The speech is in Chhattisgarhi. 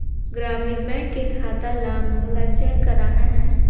ग्रामीण बैंक के खाता ला मोला चेक करना हे?